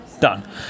Done